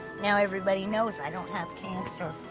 now everybody knows i don't have cancer.